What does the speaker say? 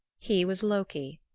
he was loki,